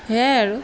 সেইয়াই আৰু